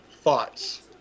thoughts